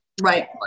right